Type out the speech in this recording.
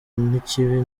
n’ikibi